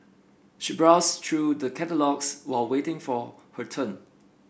she browsed through the catalogues while waiting for her turn